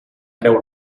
creu